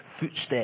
footsteps